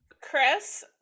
Chris